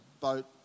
boat